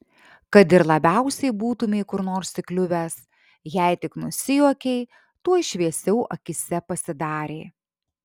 kad ir labiausiai būtumei kur nors įkliuvęs jei tik nusijuokei tuoj šviesiau akyse pasidarė